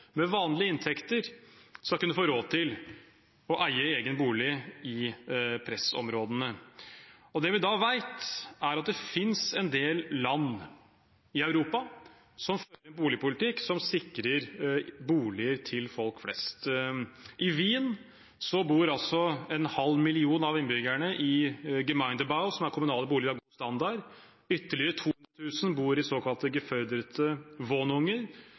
med vanlige inntekter skal kunne få råd til å eie egen bolig i pressområdene. Det vi vet, er at det finnes en del land i Europa som fører en boligpolitikk som sikrer boliger til folk flest. I Wien bor en halv million av innbyggerne i «Gemeindebau», som er kommunale boliger av god standard. Ytterligere 200 000 bor i såkalte